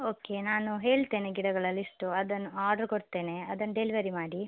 okay ನಾನು ಹೇಳ್ತೇನೆ ಗಿಡಗಳ ಲಿಶ್ಟು ಅದನ್ನು ಆಡ್ರ ಕೊಡ್ತೇನೆ ಅದನ್ನು ಡೆಲ್ವರಿ ಮಾಡಿ